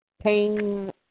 pain